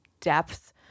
depth